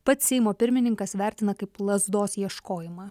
pats seimo pirmininkas vertina kaip lazdos ieškojimą